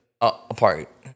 apart